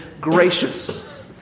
gracious